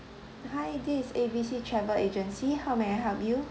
hi this is A B C travel agency how may I help you